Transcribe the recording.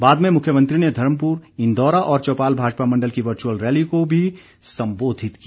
बाद में मुख्यमंत्री ने धर्मपुर इंदौरा और चौपाल भाजपा मंडल की वर्चुअल रैलियों को भी संबोधित किया